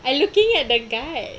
I looking at that guy